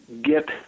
get